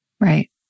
Right